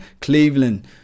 Cleveland